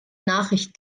nachricht